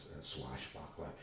swashbuckler